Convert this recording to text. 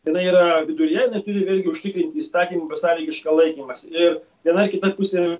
jinai yra viduryje jinai turi vėlgi užtikrinti įstatymų besąlygišką laikymąsi viena ar kita pusė